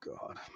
god